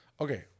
Okay